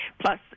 plus